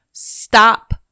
Stop